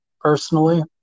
personally